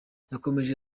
yakomeje